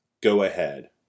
go-ahead